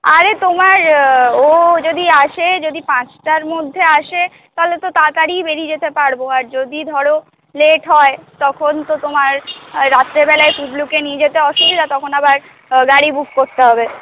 আরে তোমার ও যদি আসে যদি পাঁচটার মধ্যে আসে তা হলে তো তাড়াতাড়িই বেরিয়ে যেতে পারব আর যদি ধর লেট হয় তখন তো তোমার ওই রাত্রিবেলায় পুবলুকে নিয়ে যেতে অসুবিধা তখন আবার গাড়ি বুক করতে হবে